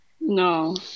No